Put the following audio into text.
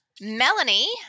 Melanie